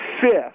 fifth